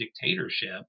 dictatorship